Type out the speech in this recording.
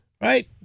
Right